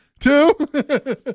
Two